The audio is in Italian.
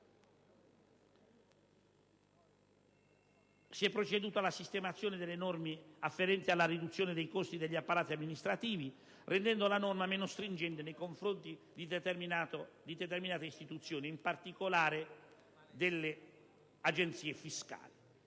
Si è proceduto anche alla sistemazione delle norme afferenti alla riduzione dei costi degli apparati amministrativi, rendendo le disposizioni meno stringenti nei confronti di determinate istituzioni e, in particolare, delle agenzie fiscali.